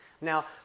Now